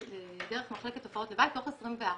דרך מחלקת תופעות לוואי תוך 24 שעות.